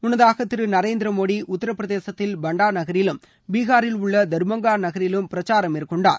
முன்னதாக திரு நரேந்திர மோடி உத்தரபிரதேசத்தில் பண்டா நகரிலும் பீகாரில் உள்ள தர்பங்கா நகரிலும் பிரச்சாரம் மேற்கொண்டார்